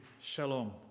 shalom